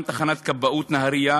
גם תחנת כבאות נהריה,